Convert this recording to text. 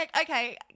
okay